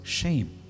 shame